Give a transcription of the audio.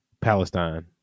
Palestine